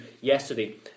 yesterday